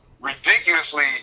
ridiculously